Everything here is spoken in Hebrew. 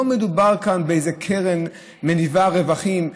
לא מדובר כאן באיזה קרן מניבה רווחים,